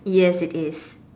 yes it is